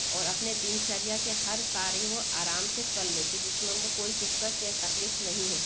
और अपने दिनचर्या के कार्य वह आराम से कर लेते जिसमें उनका कोई दिक्कत या तकलीफ़ नहीं हो